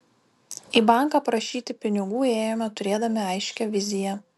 į banką prašyti pinigų ėjome turėdami aiškią viziją